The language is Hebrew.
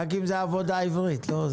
רק אם זה עבודה עברית, לא?